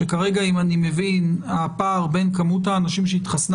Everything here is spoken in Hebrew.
שכרגע אם אני מבין הפער בין כמות האנשים שהתחסנה